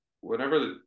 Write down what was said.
whenever